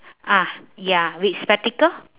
ah ya with spectacle